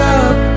up